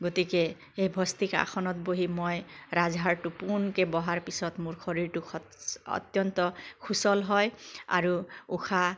গতিকে এই ভস্ত্ৰিকা আসনত বহি মই ৰাজহাড়টো পোনকৈ বহাৰ পিছত মোৰ শৰীৰটো সৎ অত্যন্ত সুচল হয় আৰু উশাহ